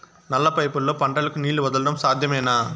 నల్ల పైపుల్లో పంటలకు నీళ్లు వదలడం సాధ్యమేనా?